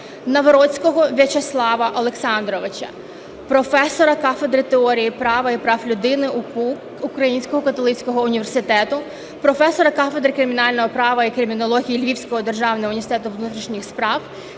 Навроцького В'ячеслава Олександровича, професора кафедри теорії права і прав людини Українського католицького університету, професора кафедри кримінального права і кримінології Львівського державного університету внутрішніх справ,